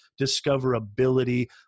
discoverability